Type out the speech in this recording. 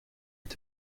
est